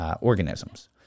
organisms